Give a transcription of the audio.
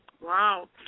Wow